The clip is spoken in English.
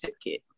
ticket